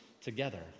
together